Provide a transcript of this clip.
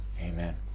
amen